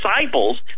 disciples